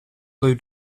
lou